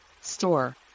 store